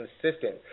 consistent